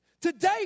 Today